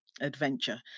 adventure